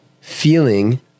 feeling